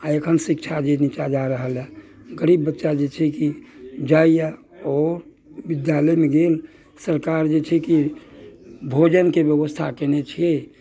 आ एखन शिक्षा जे नीचाँ जाय रहलैया गरीब बच्चा जे छै कि जाइया आओर विद्यालयमे गेल सरकार जे छै कि भोजनके व्यवस्था कयने छियै